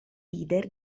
leader